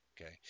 Okay